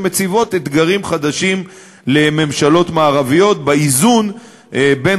שמציבות אתגרים חדשים לממשלות מערביות באיזון בין